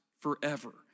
forever